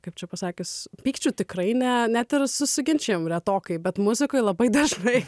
kaip čia pasakius pykčių tikrai ne net ir susiginčijam retokai bet muzikoj labai dažnai